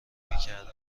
میکردن